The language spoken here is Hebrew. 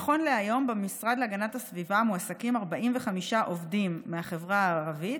נכון להיום במשרד להגנת הסביבה מועסקים 45 עובדים מהחברה הערבית,